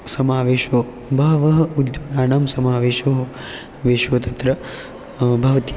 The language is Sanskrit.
समावेशो बहवः उद्योगानां समावेशो वेशो तत्र भवति